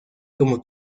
como